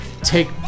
take